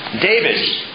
David